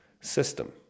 system